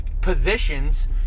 positions